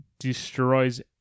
Destroys